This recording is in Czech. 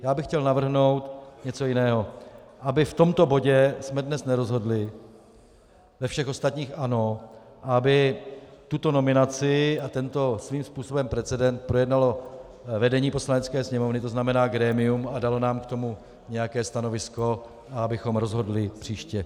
Já bych chtěl navrhnout něco jiného abychom v tomto bodě dnes nerozhodli, ve všech ostatních ano, a aby tuto nominaci a tento svým způsobem precedent projednalo vedení Poslanecké sněmovny, to znamená grémium, a dalo nám k tomu nějaké stanovisko a abychom rozhodli příští.